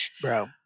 bro